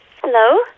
Hello